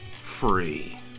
free